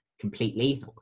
Completely